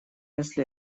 если